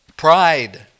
Pride